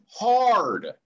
hard